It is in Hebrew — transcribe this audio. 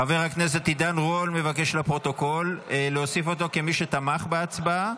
חבר הכנסת עידן רול מבקש לפרוטוקול להוסיף אותו כמי שתמך בהצבעה,